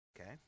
Okay